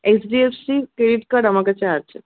এইচডিএফসির credit card আমার কাছে আছে